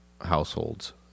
households